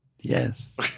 Yes